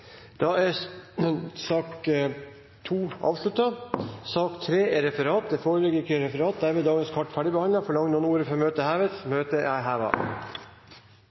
sak nr. 2 ferdig. Det foreligger ikke noe referat. Dermed er dagens kart ferdigbehandlet. Forlanger noen ordet før møtet heves? – Møtet er